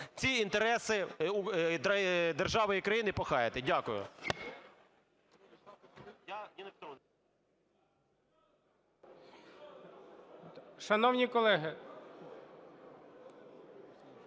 ці інтереси держави і країни похаяти. Дякую.